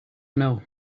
know